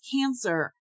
cancer